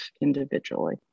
individually